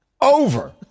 over